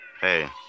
Hey